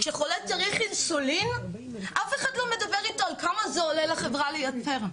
כשחולה אינסולין אף אחד לא מדבר איתו על כמה זה עולה לחברה לייצר.